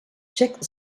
check